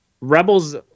Rebels